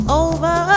over